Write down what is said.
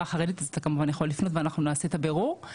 החרדית אז אתה כמובן יכול לפנות ואנחנו נעשה את הבירור.